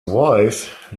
wife